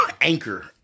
Anchor